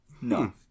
No